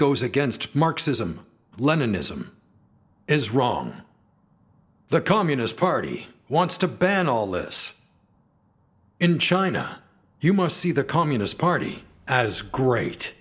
goes against marxism leninism is wrong the communist party wants to ban all this in china you must see the communist party as great